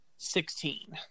Sixteen